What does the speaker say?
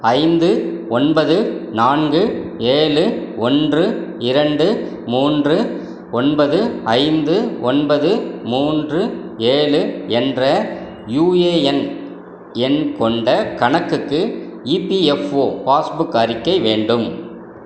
ஐந்து ஒன்பது நான்கு ஏழு ஒன்று இரண்டு மூன்று ஒன்பது ஐந்து ஒன்பது மூன்று ஏழு என்ற யூஏஎன் எண் கொண்ட கணக்குக்கு இபிஎஃப்ஓ பாஸ்புக் அறிக்கை வேண்டும்